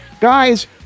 Guys